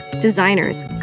designers